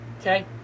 Okay